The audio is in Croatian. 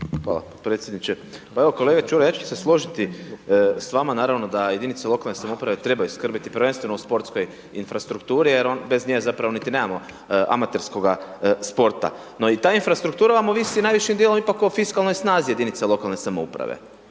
Hvala potpredsjedniče. Evo, kolega Ćuraj ja ću složiti s vama naravno da jedinice lokalne samouprave trebaju skrbiti prvenstveno o sportskoj infrastrukturi jer bez nje zapravo niti nemamo amaterskoga sporta. No, i ta infrastruktura vam ovisi najvišim dijelom ipak o fiskalnoj snazi jedinice lokalne samouprave.